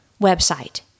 website